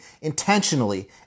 intentionally